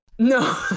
no